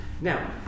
Now